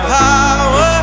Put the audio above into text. power